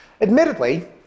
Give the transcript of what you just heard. Admittedly